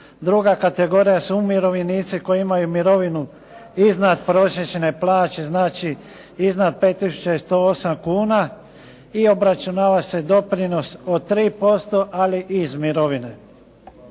Druga kategorija su umirovljenici koji imaju mirovinu iznad prosječne plaće, znači iznad 5 tisuća 108 kuna i obračunava se doprinos od 3% ali iz mirovine.